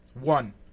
One